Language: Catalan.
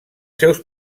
seus